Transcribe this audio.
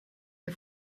ihr